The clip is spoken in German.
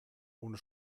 ohne